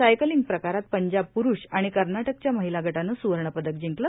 cycling प्रकरात पंजाब पुरुष आणि कर्नाटकाच्या महिला गदवं सुवर्ण पदक जिंकलं